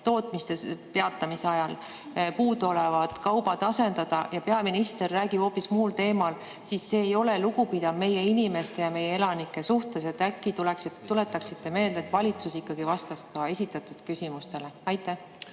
tootmiste peatamise ajal puuduolevad kaubad asendada ja peaminister räägib hoopis muul teemal, siis see ei ole lugupidav meie inimeste ja meie elanike suhtes. Äkki tuletaksite meelde, et valitsus vastaks esitatud küsimustele. Aitäh!